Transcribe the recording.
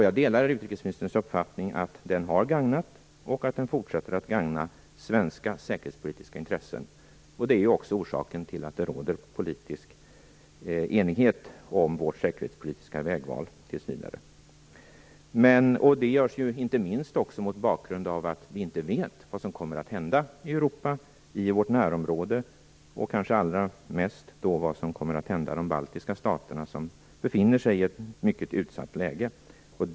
Jag delar utrikesministerns uppfattning att den har gagnat och fortsätter att gagna svenska säkerhetspolitiska intressen. Det är också orsaken till att det råder politisk enighet om vårt säkerhetspolitiska vägval tills vidare. Inte minst kan man se den enigheten mot bakgrund av att vi inte vet vad som kommer att hända i Europa och i vårt närområde. Det kanske allra viktigaste är vad som kommer att hända i de baltiska staterna, som befinner sig i ett mycket utsatt läge.